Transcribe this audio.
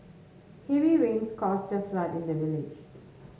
heavy rains caused the flood in the village